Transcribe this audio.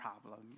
problem